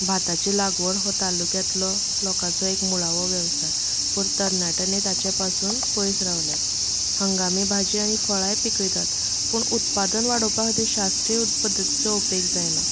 बाताची लागवड हो तालुक्यांतलो लोकाचो एक मुळावो वेवसाय पूण तरणाट्यांनी ताचे पसून पयस रावल्यात हांगा आमी बाजी आनी फळांय पिकयतात पूण उत्पादन वाडोवपा खातीर शास्त्रीय पद्धतीचो उपेग जायना